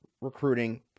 recruiting